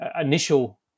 initial